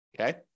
okay